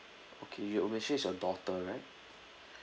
okay you uh mentioned it's your daughter right